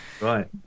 Right